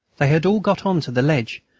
they had all got on to the ledge,